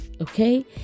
okay